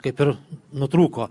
kaip ir nutrūko